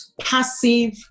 passive